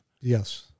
Yes